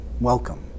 Welcome